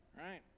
right